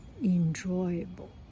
enjoyable